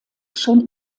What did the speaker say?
schon